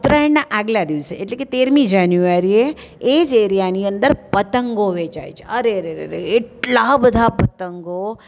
ઉત્તરાયણના આગલા દિવસે એટલે કે તેરમી જાન્યુઆરીએ એ જ એરિયાની અંદર પતંગો વેચાય છે અરે રેરેરેરે એટલા બધા પતંગો